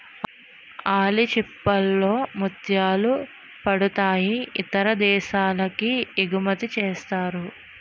ఆల్చిచిప్పల్ లో ముత్యాలు పుడతాయి ఇతర దేశాలకి ఎగుమతిసేస్తారు